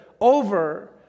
over